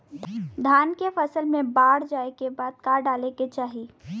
धान के फ़सल मे बाढ़ जाऐं के बाद का डाले के चाही?